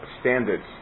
standards